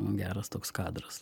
geras toks kadras